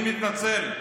אני מתנצל.